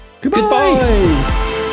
Goodbye